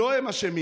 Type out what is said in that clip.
לא הם אשמים,